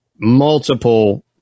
multiple